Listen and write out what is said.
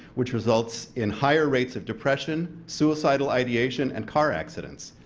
which results in higher rates of depression, suicidal ideation, and car accidents.